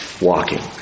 walking